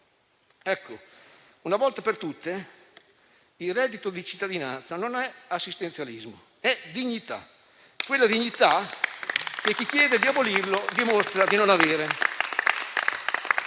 Diciamo una volta per tutte che il reddito di cittadinanza non è assistenzialismo, ma dignità: quella dignità che chi chiede di abolirlo dimostra di non avere.